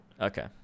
Okay